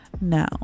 Now